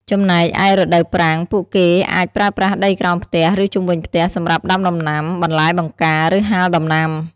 ចំណែកឯរដូវប្រាំង ពួកគេអាចប្រើប្រាស់ដីក្រោមផ្ទះ ឬជុំវិញផ្ទះ សម្រាប់ដាំដំណាំ បន្លែបង្ការ ឬហាលដំណាំ ។